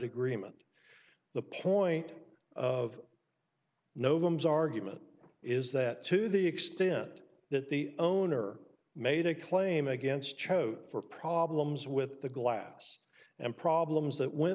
agreement the point of no them's argument is that to the extent that the boehner made a claim against choate for problems with the glass and problems that went